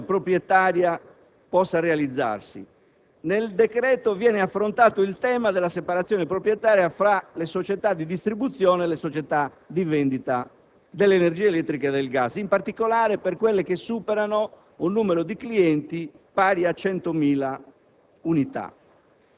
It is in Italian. perché la separazione proprietaria possa realizzarsi. Nel decreto viene affrontato il tema della separazione proprietaria fra le società di distribuzione e le società di vendita dell'energia elettrica e del gas, in particolare per quelle che superano un numero di clienti pari a 100.000 unità.